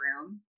room